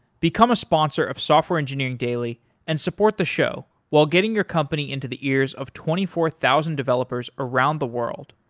become a sponsor of software engineering daily and support the show while getting your company into the ears of twenty four thousand developers around the world.